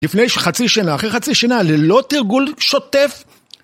לפני חצי שנה, אחרי חצי שנה, ללא תרגול שוטף.